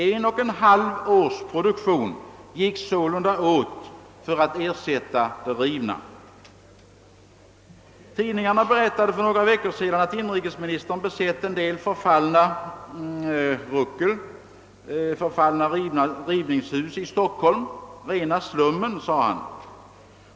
Ett och ett halvt års produktion gick sålunda åt för att ersätta det rivna. Tidningarna berättade för några veckor sedan att inrikesministern besett en del förfallna rivningshus i Stockholm. »Rena slummen», sade han.